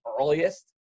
earliest